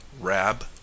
Rab